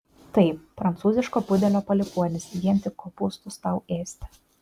taip prancūziško pudelio palikuoni vien tik kopūstus tau ėsti